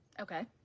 Okay